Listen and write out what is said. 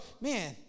Man